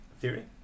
theory